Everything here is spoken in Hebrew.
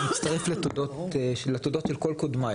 אני מצטרף לתודות של כל קודמיי,